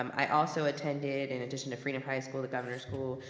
um i also attended, in addition to freedom high school, the governor school,